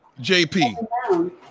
JP